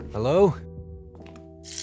Hello